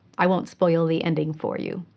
i won't spoil the ending for you.